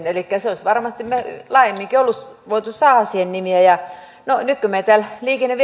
elikkä siihen olisi varmasti laajemminkin voitu saada nimiä no nyt kun meitä liikenne ja